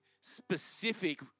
specific